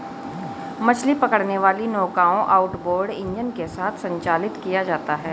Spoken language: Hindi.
मछली पकड़ने वाली नौकाओं आउटबोर्ड इंजन के साथ संचालित किया जाता है